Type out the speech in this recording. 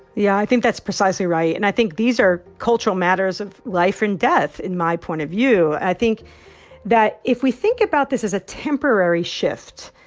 yeah, i think that's precisely right. and i think these are cultural matters of life and death, in my point of view. i think that if we think about this as a temporary shift,